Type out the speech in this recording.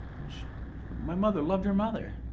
my mother loved her mother.